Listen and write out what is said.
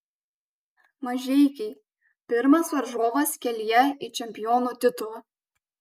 mažeikiai pirmas varžovas kelyje į čempionų titulą